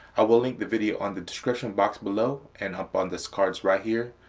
i will link the video on the description box below and up on this cards right here.